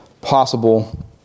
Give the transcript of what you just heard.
possible